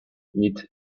need